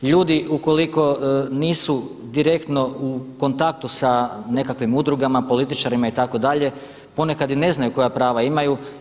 Ljudi ukoliko nisu direktno u kontaktu sa nekakvim udrugama, političarima itd. ponekad i ne znaju koja prava imaju.